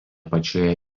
pačioje